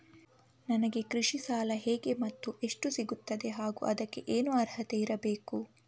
ನನಗೆ ಕೃಷಿ ಸಾಲ ಹೇಗೆ ಮತ್ತು ಎಷ್ಟು ಸಿಗುತ್ತದೆ ಹಾಗೂ ಅದಕ್ಕೆ ಏನು ಅರ್ಹತೆ ಇರಬೇಕು?